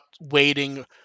waiting